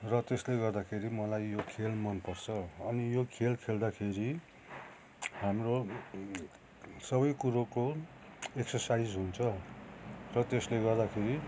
र त्यसले गर्दाखेरि मलाई यो खेल मनपर्छ अनि यो खेल खेल्दाखेरि हाम्रो सबै कुरोको एक्सर्साइज हुन्छ र त्यसले गर्दाखेरि